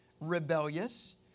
rebellious